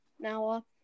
Now